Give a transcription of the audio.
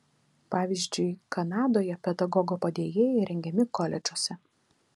pavyzdžiui kanadoje pedagogo padėjėjai rengiami koledžuose